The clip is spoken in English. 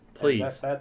please